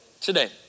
today